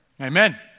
Amen